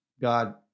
God